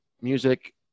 music